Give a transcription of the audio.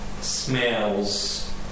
Smells